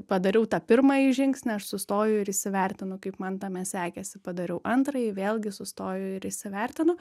padariau tą pirmąjį žingsnį aš sustoju ir įsivertinu kaip man tame sekėsi padariau antrąjį vėlgi sustoju ir įsivertinu